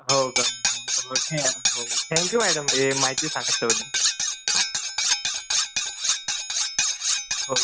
हो का हो हो ठीक आहे ना हो थँक्यू मॅडम हे माहिती सांगितल्याबद्दल हो